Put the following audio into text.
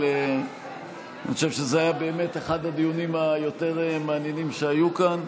אבל אני חושב שזה באמת היה אחד הדיונים היותר-מעניינים שהיו כאן,